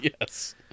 Yes